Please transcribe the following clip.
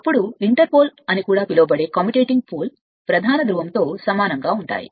అప్పుడు interpole అని కూడా పిలువబడే కమ్యుటేటివ్ స్తంభాలు ప్రధాన ధ్రువంతో సమానంగా ఉంటాయి